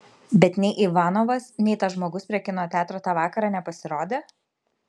bet nei ivanovas nei tas žmogus prie kino teatro tą vakarą nepasirodė